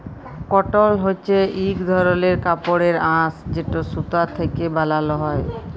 কটল হছে ইক ধরলের কাপড়ের আঁশ যেট সুতা থ্যাকে বালাল হ্যয়